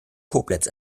koblenz